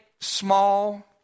Small